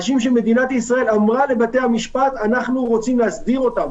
אנשים שמדינת ישראל אמרה לבתי המשפט שהיא רוצה להסדיר אותם.